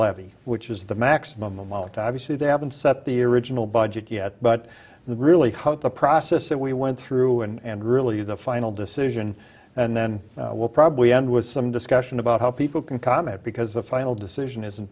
levy which is the maximum amount to obviously they haven't set the original budget yet but the really how the process that we went through and really the final decision and then we'll probably end with some discussion about how people can comment because the final decision